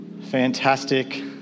Fantastic